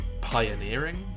pioneering